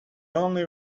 only